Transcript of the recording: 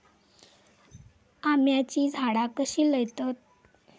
आम्याची झाडा कशी लयतत?